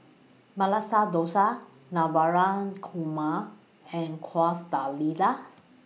Masala Dosa Navratan Korma and Quesadillas